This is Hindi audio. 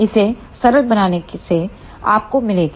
इसे सरल बनाने से आपको मिलेगी